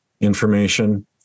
information